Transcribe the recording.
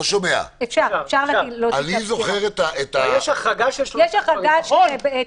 יש החרגה של דת, רווחה וחינוך.